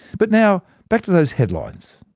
but now back to those headlines.